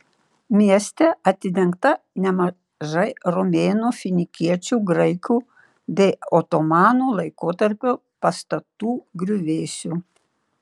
mieste atidengta nemažai romėnų finikiečių graikų bei otomanų laikotarpio pastatų griuvėsių